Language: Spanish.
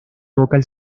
vocal